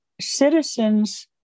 citizens